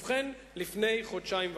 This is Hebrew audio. ובכן, לפני חודשיים וחצי.